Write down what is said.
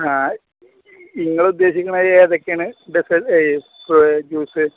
ആ നിങ്ങളുദ്ദേശിക്കുന്നത് ഏതൊക്കെയാണ് ജ്യൂസ്